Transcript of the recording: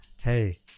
Hey